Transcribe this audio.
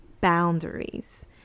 boundaries